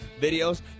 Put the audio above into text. Videos